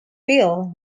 fill